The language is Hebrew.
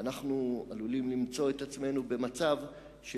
ואנחנו עלולים למצוא את עצמנו במצב של